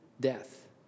death